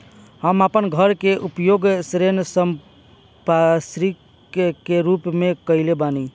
हम आपन घर के उपयोग ऋण संपार्श्विक के रूप में कइले बानी